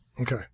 Okay